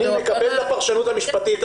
אני מקבל את הפרשנות המשפטית,